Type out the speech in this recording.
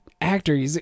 actor